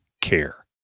care